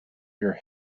your